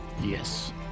Yes